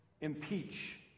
impeach